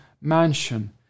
mansion